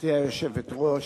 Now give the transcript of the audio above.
גברתי היושבת-ראש,